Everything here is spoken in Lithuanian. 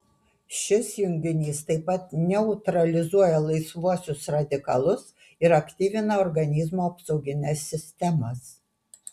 šis junginys taip pat neutralizuoja laisvuosius radikalus ir aktyvina organizmo apsaugines sistemas